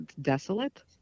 desolate